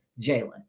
Jalen